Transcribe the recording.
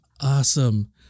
Awesome